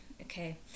okay